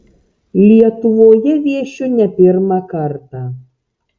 lietuvoje viešiu ne pirmą kartą